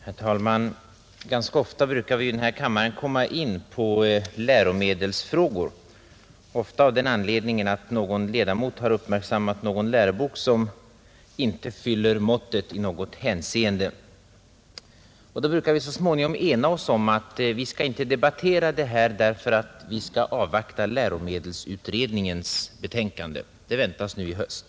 Herr talman! Ganska ofta brukar vi i den här kammaren komma in på läromedelsfrågor, många gånger av den anledningen att någon ledamot har uppmärksammat en lärobok som inte håller måttet i något hänseende. Då brukar vi så småningom ena oss om att vi inte skall debattera den saken, därför att vi skall avvakta läromedelsutredningens betänkande. Det väntas nu i höst.